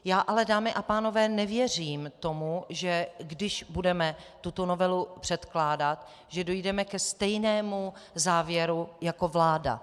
Já ale, dámy a pánové, nevěřím tomu, že když budeme tuto novelu předkládat, že dojdeme ke stejnému závěru jako vláda.